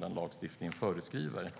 den lagstiftningen föreskriver.